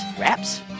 wraps